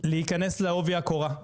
להיכנס לעובי הקורה,